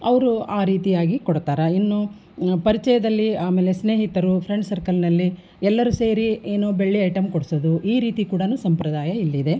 ಅವರು ಆ ರೀತಿ ಆಗಿ ಕೊಡ್ತಾರೆ ಇನ್ನು ಪರಿಚಯದಲ್ಲಿ ಆಮೇಲೆ ಸ್ನೇಹಿತರು ಫ್ರೆಂಡ್ ಸರ್ಕಲ್ನಲ್ಲಿ ಎಲ್ಲರೂ ಸೇರಿ ಏನು ಬೆಳ್ಳಿ ಐಟಮ್ ಕೊಡಿಸೋದು ಈ ರೀತಿ ಕೂಡ ಸಂಪ್ರದಾಯ ಇಲ್ಲಿದೆ